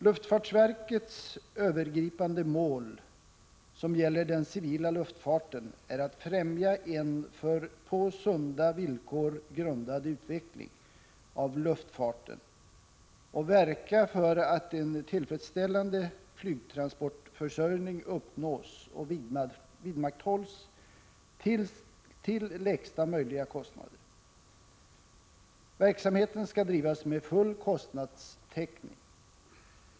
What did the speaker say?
Luftfartsverkets övergripande mål som gäller den civila luftfarten är att främja en på sunda villkor grundad utveckling av luftfarten och verka för att en tillfredsställande flygtransportförsörjning uppnås och vidmakthålls till lägsta möjliga kostnader. Verksamheten skall drivas med full kostnadstäckning.